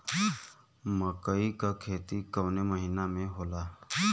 मकई क खेती कवने महीना में होला?